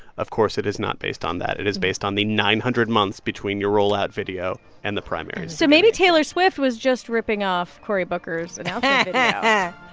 of course, it is not based on that. it is based on the nine hundred months between your rollout video and the primary so maybe taylor swift was just ripping off cory booker's and ah announcement yeah